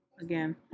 Again